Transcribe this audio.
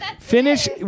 finish